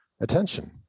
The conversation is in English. attention